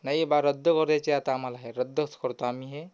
नाही बा रद्द करायची आता आम्हाला हे रद्दच करतो आम्ही हे